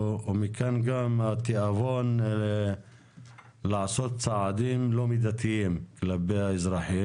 ומכאן גם התיאבון לעשות צעדים לא מידתיים כלפי האזרחים.